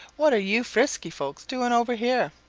what are you frisky folks doing over here?